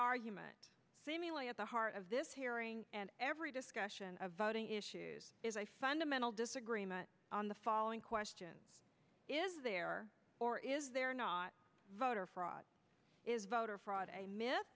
argument seemingly at the heart of this hearing and every discussion of voting issues is a fundamental disagreement on the following question is there or is there not voter fraud is voter fraud a myth